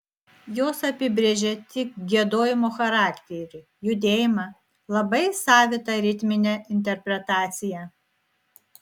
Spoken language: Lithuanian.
jos apibrėžė tik giedojimo charakterį judėjimą labai savitą ritminę interpretaciją